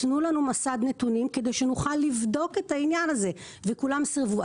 תנו לנו מסד נתונים כדי שנוכל לבדוק את העניין הזה וכולם סירבו.